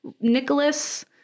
nicholas